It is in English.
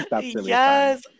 yes